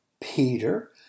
Peter